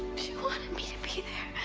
she wanted me to be there.